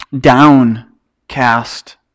downcast